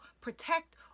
protect